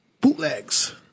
bootlegs